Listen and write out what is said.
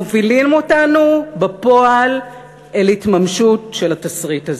מובילים אותנו בפועל להתממשות התסריט הזה.